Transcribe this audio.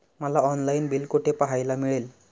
मला online bill कुठे पाहायला मिळेल?